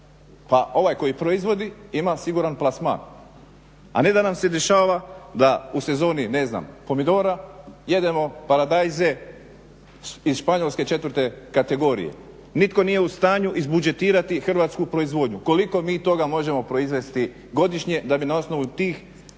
pa ovaj koji proizvodi ima siguran plasman, a ne da nam se dešava da u sezoni ne znam pomidora, jedemo paradajze iz Španjolske 4.kategorije. nitko nije u stanju izbudžetirati hrvatsku proizvodnju, koliko mi toga možemo proizvesti godišnje da bi na osnovu tih